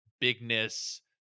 bigness